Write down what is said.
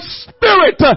spirit